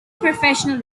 professional